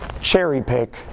cherry-pick